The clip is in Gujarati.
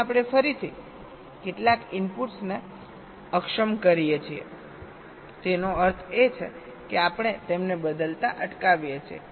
અહીં આપણે ફરીથી કેટલાક ઇનપુટ્સને અક્ષમ કરીએ છીએતેનો અર્થ એ છે કે આપણે તેમને બદલતા અટકાવીએ છીએ